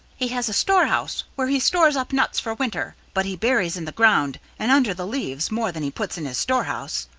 he has a storehouse where he stores up nuts for winter, but he buries in the ground and under the leaves more than he puts in his storehouse.